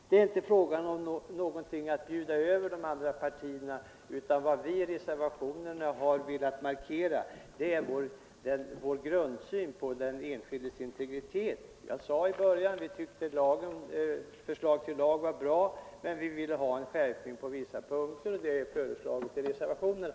Det är inte fråga om att bjuda över de andra partierna, utan vad vi i reservationerna har velat markera är vår grundsyn på den enskildes integritet. Jag sade i början att vi tycker att förslaget till lag är bra men att vi vill ha en skärpning på vissa punkter, och det har vi föreslagit i reservationerna.